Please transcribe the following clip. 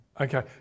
Okay